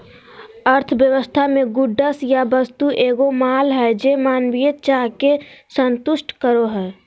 अर्थव्यवस्था मे गुड्स या वस्तु एगो माल हय जे मानवीय चाह के संतुष्ट करो हय